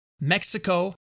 Mexico